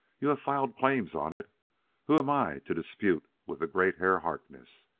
you have filed claims on it who am i to dispute with the great herr harkness?